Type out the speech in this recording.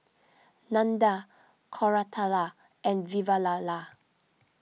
Nandan Koratala and Vavilala